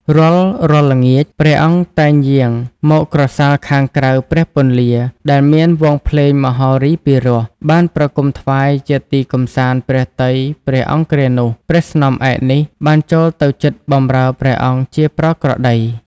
រាល់ៗ ល្ងាច ព្រះអង្គតែងយាងមកក្រសាលខាងក្រៅព្រះពន្លា ដែលមានវង់ភ្លេងមហោរីពីរោះ បានប្រគំុថ្វាយជាទីកម្សាន្តព្រះទ័យព្រះអង្គគ្រានោះ ព្រះស្នំឯកនេះបានចូលទៅជិតបម្រើព្រះអង្គជាប្រក្រតី ។